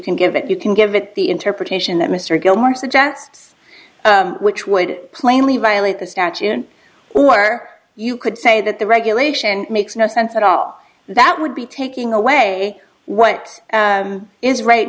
can give it you can give it the interpretation that mr gilmore suggests which would plainly violate the statute or you could say that the regulation makes no sense at all that would be taking away what is right